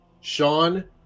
Sean